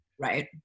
Right